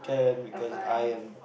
a five